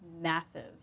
massive